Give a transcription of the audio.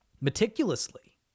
meticulously